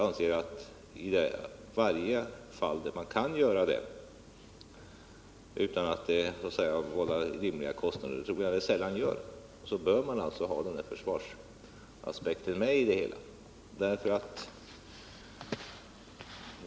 Där man kan göra det utan att det vållar orimliga kostnader — och det tror jag att det sällan gör — bör man alltså ha försvarsaspekten med i det hela.